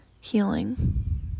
Healing